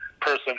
person